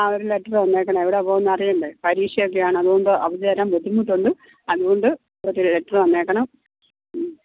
ആ ഒരു ലെറ്ററ് തന്നേക്കണേ എവിടെയാണ് പോകണെമെന്ന് അറിയണ്ടേ പരീക്ഷയൊക്കെയാണ് അതുകൊണ്ട് അവധി തരാൻ ബുദ്ധിമുട്ടുണ്ട് അതുകൊണ്ട് ഒരു ലെറ്ററ് തന്നേക്കണം മ്മ്